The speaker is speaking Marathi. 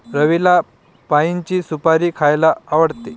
रवीला पाइनची सुपारी खायला आवडते